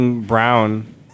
Brown